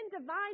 divine